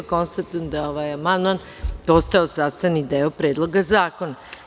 Konstatujem da je ovaj amandman postao sastavni deo Predloga zakona.